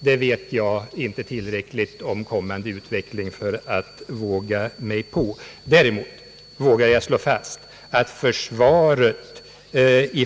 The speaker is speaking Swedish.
Jag vet inte tillräckligt om kommande utveckling för att våga mig på det.